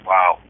Wow